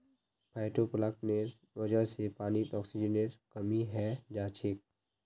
फाइटोप्लांकटनेर वजह से पानीत ऑक्सीजनेर कमी हैं जाछेक